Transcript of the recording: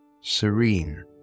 serene